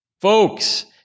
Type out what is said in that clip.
Folks